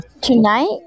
Tonight